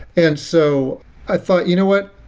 and so i thought, you know what?